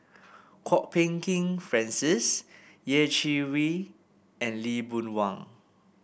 Kwok Peng Kin Francis Yeh Chi Wei and Lee Boon Wang